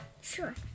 Sure